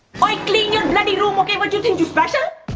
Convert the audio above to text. like clean your bloody room, okay? what you think, you special?